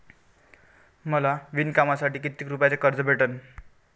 मले विणकामासाठी किती रुपयानं कर्ज भेटन?